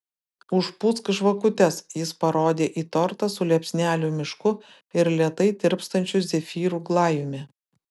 užpūsk žvakutes jis parodė į tortą su liepsnelių mišku ir lėtai tirpstančiu zefyrų glajumi